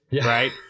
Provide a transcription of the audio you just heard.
right